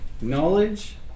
Knowledge